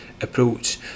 approach